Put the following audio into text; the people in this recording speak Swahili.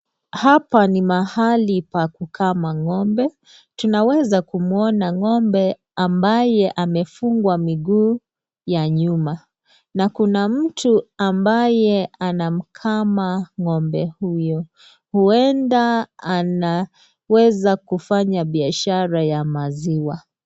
Hapa ni mahali pa kukama ng'ombe tunaweza kumuona ng'ombe ambaye amefungwa miguu ya nyuma na kuna mtu ambaye anamkama ng'ombe huyo huenda anaweza kufanya biashara ya kuuza maziwa.